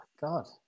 god